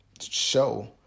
show